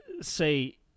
say